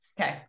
okay